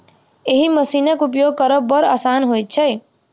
एहि मशीनक उपयोग करब बड़ आसान होइत छै